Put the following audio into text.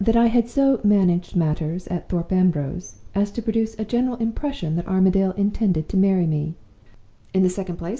that i had so managed matters at thorpe ambrose as to produce a general impression that armadale intended to marry me in the second place,